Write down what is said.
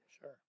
Sure